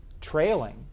trailing